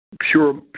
pure